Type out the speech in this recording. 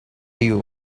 you